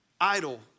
idle